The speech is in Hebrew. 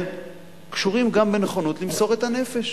קשורים גם בנכונות למסור את הנפש.